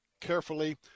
carefully